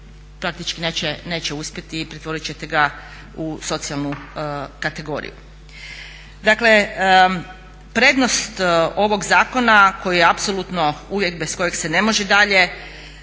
Praktički neće uspjeti, pretvorit ćete ga u socijalnu kategoriju. Dakle, prednost ovog zakona koji je apsolutno uvjet bez kojeg se ne može dalje